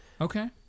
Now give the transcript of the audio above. Okay